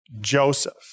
Joseph